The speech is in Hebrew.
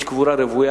יש קבורה רוויה.